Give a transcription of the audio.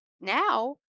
now